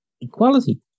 equality